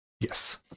Yes